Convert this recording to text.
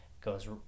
goes